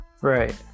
Right